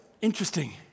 Interesting